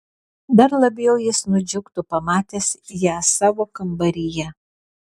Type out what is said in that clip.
dar labiau jis nudžiugtų pamatęs ją savo kambaryje